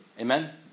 amen